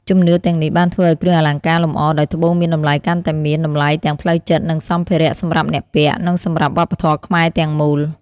ជំនឿទាំងនេះបានធ្វើឱ្យគ្រឿងអលង្ការលម្អដោយត្បូងមានតម្លៃកាន់តែមាន តម្លៃទាំងផ្លូវចិត្ត និងសម្ភារៈ សម្រាប់អ្នកពាក់ និងសម្រាប់វប្បធម៌ខ្មែរទាំងមូល។